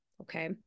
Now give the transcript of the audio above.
Okay